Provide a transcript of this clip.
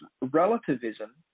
relativism